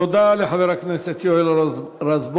תודה לחבר הכנסת יואל רזבוזוב.